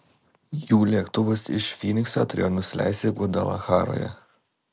jų lėktuvas iš fynikso turėjo nusileisti gvadalacharoje